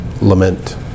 lament